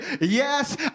yes